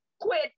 Quit